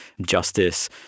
justice